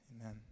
Amen